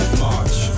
march